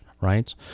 right